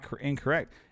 incorrect